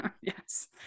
Yes